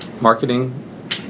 marketing